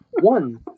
one